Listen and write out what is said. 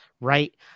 right